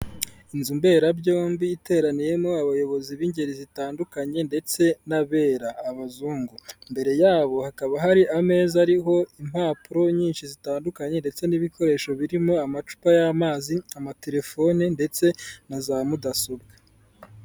Inzu mberabyombi iteraniyemo abayobozi b'ingeri zitandukanye ndetse n'abera (abazungu), imbere yabo hakaba hari ameza ariho impapuro nyinshi zitandukanye ndetse n'ibikoresho birimo amacupa y'amazi, amatelefone, ndetse na za mudasobwa.